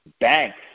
banks